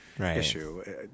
issue